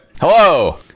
hello